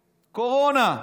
קורונה.